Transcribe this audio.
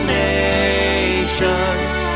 nations